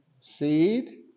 Seed